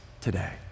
today